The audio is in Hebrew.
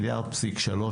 מיליארד פסיק שלוש,